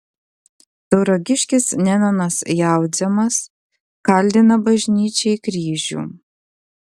tauragiškis nenonas jaudzemas kaldina bažnyčiai kryžių